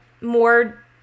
more